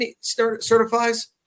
certifies